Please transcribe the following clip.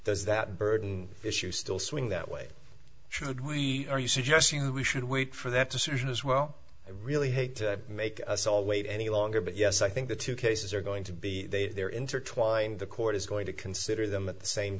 does that burden issue still swing that way should we are you suggesting we should wait for that decision as well i really hate to make us all wait any longer but yes i think the two cases are going to be they're intertwined the court is going to consider them at the same